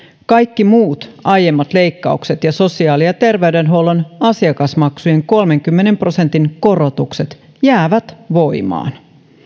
kaikki muut aiemmat leikkaukset ja sosiaali ja terveydenhuollon asiakasmaksujen kolmenkymmenen prosentin korotukset jäävät voimaan